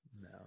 no